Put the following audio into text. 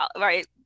right